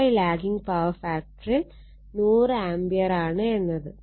85 lagging power ഫാക്ടറിൽ 100 ആംപിയറാണ് എന്നത്